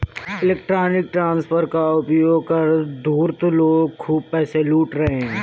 electronic transfer का उपयोग कर धूर्त लोग खूब पैसे लूट रहे हैं